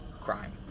crime